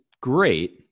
great